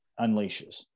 unleashes